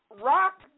Rock